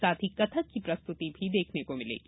साथ ही कथक की प्रस्तृति भी देखने को मिलेगी